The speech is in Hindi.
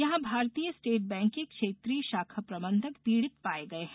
यहां भारतीय स्टेट बैंक के क्षेत्रीय षाखा प्रबंधक पीड़ित पाए गए हैं